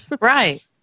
right